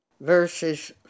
verses